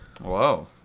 Whoa